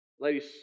Ladies